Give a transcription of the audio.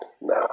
Now